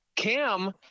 Cam